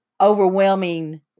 overwhelming